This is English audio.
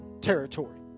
territory